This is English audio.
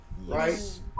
right